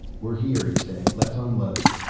we're here, he said. let's unload.